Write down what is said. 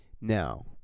Now